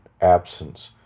absence